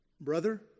Brother